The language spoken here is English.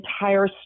entire